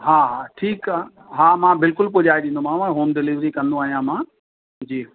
हा हा ठीकु आहे हा मां बिल्कुलु पुॼाए ॾींदोमांव होम डीलिवरी कंदो आहियां मां जी